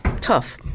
tough